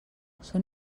són